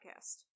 podcast